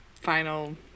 final